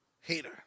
hater